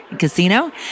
Casino